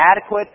adequate